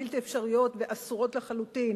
בלתי אפשריות ואסורות לחלוטין: